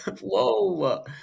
Whoa